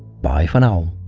bye for now.